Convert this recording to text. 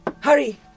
Hurry